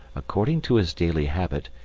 according to his daily habit,